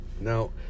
now